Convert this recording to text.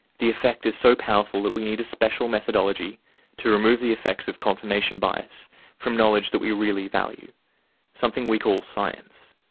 the effect is so powerful that we need a special methodology to remove the effects of confirmation bias from knowledge that we really value something we call science.